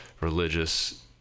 religious